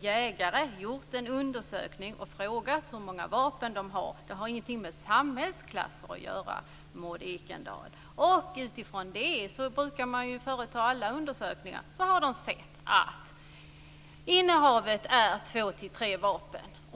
jägare och gjort en undersökning genom att fråga jägarna hur många vapen de har. Det har ingenting med samhällsklasser att göra, Maud Ekendahl. Och utifrån det brukar man ju företa alla undersökningar. Då har man kommit fram till att innehavet är två-tre vapen.